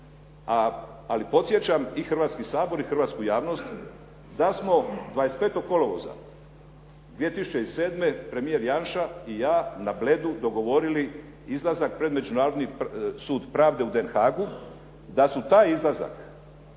Ali podsjećam i Hrvatski sabor i hrvatsku javnost da smo 25. kolovoza 2007. premijer Janša i ja na Bledu dogovorili izlazak pred Međunarodni sud pravde u Den Haagu. Da su taj izlazak,